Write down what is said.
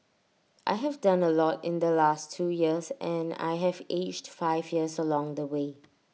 I have done A lot in the last two years and I have aged five years along the way